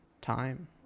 time